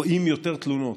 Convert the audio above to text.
רואים יותר תלונות.